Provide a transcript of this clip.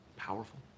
powerful